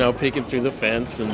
so peeking through the fence and